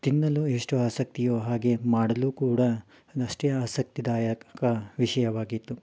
ತಿನ್ನಲು ಎಷ್ಟು ಆಸಕ್ತಿಯೋ ಹಾಗೇ ಮಾಡಲೂ ಕೂಡ ಅದಷ್ಟೇ ಆಸಕ್ತಿದಾಯಕ ವಿಷಯವಾಗಿತ್ತು